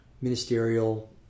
ministerial